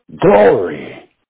glory